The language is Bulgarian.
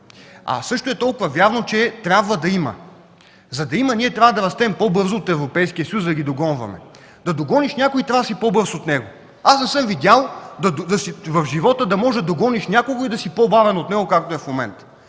А също толкова вярно е, че трябва да има! За да има, трябва да растем по-бързо от Европейския съюз, за да ги догоним. За да догониш някой, трябва да си по-бърз от него. Аз не съм видял в живота да догониш някого, ако си по-бавен от него, както е в момента.